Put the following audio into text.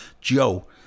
Joe